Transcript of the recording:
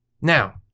Now